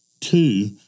two